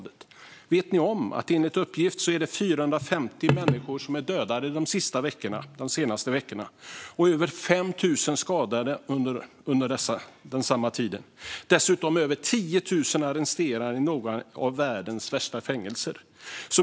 Vet ni om att det enligt uppgift är 450 människor som har dödats de senaste veckorna och över 5 000 som har skadats under samma tid? Dessutom är över 10 000 arresterade i några av världens värsta fängelser.